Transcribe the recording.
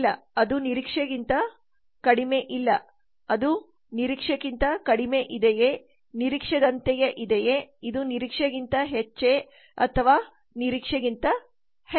ಇಲ್ಲ ಅದು ನಿರೀಕ್ಷೆಗಿಂತ ಕಡಿಮೆ ಇಲ್ಲ ಅದು ನಿರೀಕ್ಷೆಗಿಂತ ಕಡಿಮೆಯಿದೆಯೇ ನಿರೀಕ್ಷಿಸಿದಂತೆಯೇ ಇದೆಯೇ ಇದು ನಿರೀಕ್ಷೆಗಿಂತ ಹೆಚ್ಚೇ ಅಥವಾ ನಿರೀಕ್ಷೆಗಿಂತ ಹೆಚ್ಚು